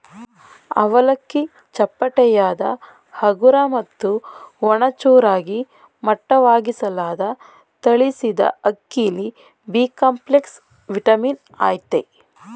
ಅವಲಕ್ಕಿ ಚಪ್ಪಟೆಯಾದ ಹಗುರ ಮತ್ತು ಒಣ ಚೂರಾಗಿ ಮಟ್ಟವಾಗಿಸಲಾದ ತಳಿಸಿದಅಕ್ಕಿಲಿ ಬಿಕಾಂಪ್ಲೆಕ್ಸ್ ವಿಟಮಿನ್ ಅಯ್ತೆ